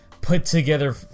put-together